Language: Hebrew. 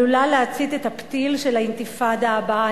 עלולה להצית את הפתיל של האינתיפאדה הבאה.